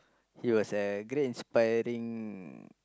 he was a great inspiring